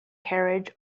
carriage